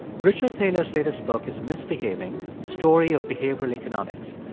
richard thaler's latest book is misbehaving the story of behavioral economics.